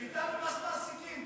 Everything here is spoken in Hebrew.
ביטלנו מס מעסיקים.